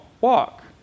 walk